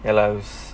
ya lah it's